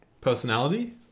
personality